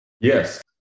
Yes